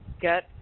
get